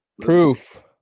proof